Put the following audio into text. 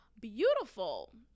beautiful